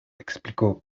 explicó